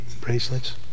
bracelets